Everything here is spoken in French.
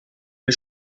mes